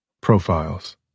Profiles